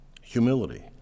Humility